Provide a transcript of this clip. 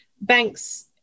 banks